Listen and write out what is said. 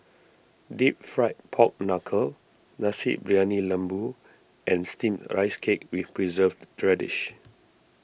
Deep Fried Pork Knuckle Nasi Briyani Lembu and Steamed Rice Cake with Preserved Radish